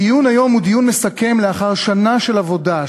הדיון היום הוא דיון מסכם לאחר שנה של עבודה,